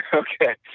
okay.